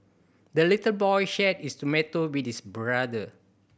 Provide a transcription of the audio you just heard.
the little boy shared his tomato with his brother